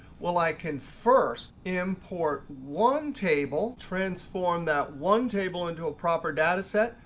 well, i can first import one table, transform that one table into a proper dataset,